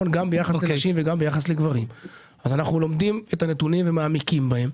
אנחנו לומדים את הנתונים ומעמיקים בהם.